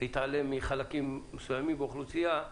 להתעלם מחלקים מסוימים באוכלוסייה.